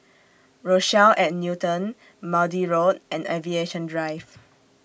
Rochelle At Newton Maude Road and Aviation Drive